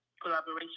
collaboration